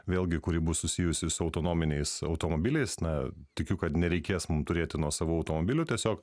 vėlgi kuri bus susijusi su autonominiais automobiliais na tikiu kad nereikės mum turėti nuosavų automobilių tiesiog